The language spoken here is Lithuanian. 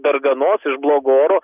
darganos iš blogo oro